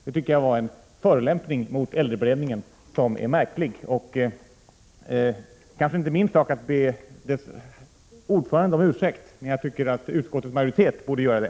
Det tycker jag var en förolämpning som är märklig mot äldreberedningen. Det kanske inte är min sak att be äldreberedningens ordförande om ursäkt, men jag tycker att utskottets majoritet borde göra det.